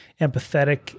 empathetic